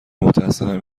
متاسفم